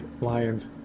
Lions